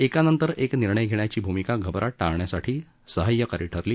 एकानंतर एक निर्णय घेण्याची भूमिका घबराट टाळण्यास सहाय्यकारी ठरली